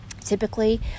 Typically